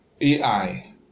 AI